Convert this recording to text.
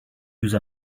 use